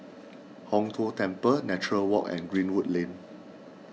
Hong Tho Temple Nature Walk and Greenwood Lane